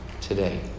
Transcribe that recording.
today